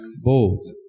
bold